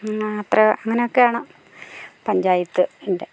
അത്ര അങ്ങനെയൊക്കെയാണ് പഞ്ചായത്തിൻ്റെ